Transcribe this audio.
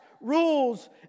rules